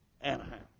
Anaheim